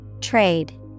Trade